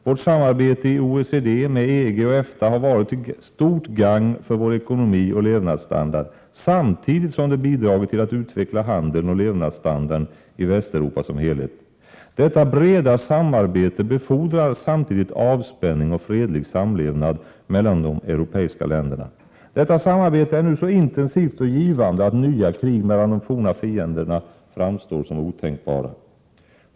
Vårt samarbete i OECD, med EG och EFTA, har varit till stort gagn för vår ekonomi och levnadsstandard, samtidigt som det bidragit till att utveckla handeln och levnadsstandarden i Västeuropa som helhet. Detta breda samarbete befordrar samtidigt avspänning och fredlig samlevnad mellan de europeiska länderna. Samarbetet är nu så intensivt och givande att nya krig mellan de forna fienderna framstår som otänkbara.